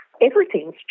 everything's